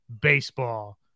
baseball